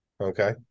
okay